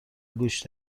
گوش